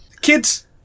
Kids